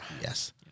Yes